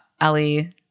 Ellie